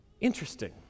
Interesting